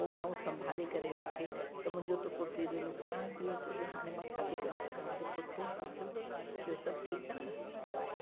पो मां संभारे करे वठे त मुंहिंजो त कुर्तीअ जो नुक़सानु थियो सॼो हाणे मां छा थी करे सघा जेको थियो सो थियो ॿियों सभु ठीकु आहे न बाए